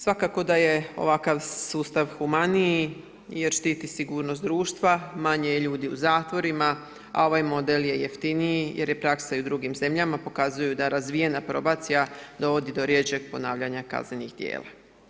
Svakako da je ovakav sustav humaniji jer štiti sigurnost društva, manje je ljudi u zatvorima a ovaj model je jeftiniji jer je praksa u drugim zemljama pokazuje da razvijena probacija dovodi do rjeđeg ponavljanja kaznenih djela.